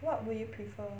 what would you prefer